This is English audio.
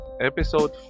Episode